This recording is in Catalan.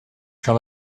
cal